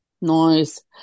Nice